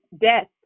death